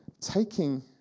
taking